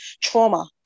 trauma